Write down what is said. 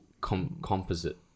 composite